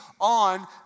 on